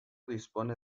dispone